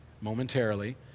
momentarily